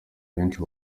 benshi